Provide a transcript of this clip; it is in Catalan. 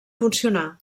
funcionar